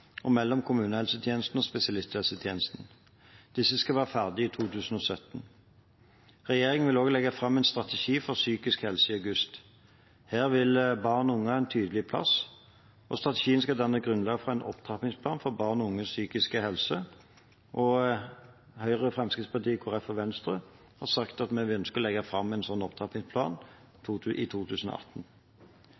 og mellom kommunehelsetjenesten og spesialisthelsetjenesten. Disse skal være ferdig i 2017. Regjeringen vil legge fram en strategi for psykisk helse i august. Her vil barn og unge ha en tydelig plass. Strategien skal danne grunnlag for en opptrappingsplan for barn og unges psykiske helse. Høyre, Fremskrittspartiet, Kristelig Folkeparti og Venstre har sagt at vi ønsker å legge fram en slik opptrappingsplan